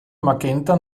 magenta